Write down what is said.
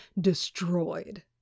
destroyed